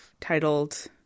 titled